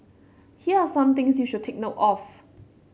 here are some things you should take note of